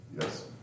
yes